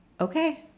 okay